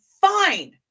fine